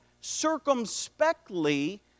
circumspectly